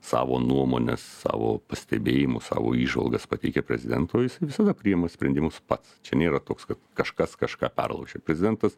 savo nuomonę savo pastebėjimus savo įžvalgas pateikia prezidentui jis visada priima sprendimus pats čia nėra toks kad kažkas kažką perlaužė prezidentas